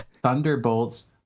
Thunderbolts